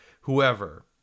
whoever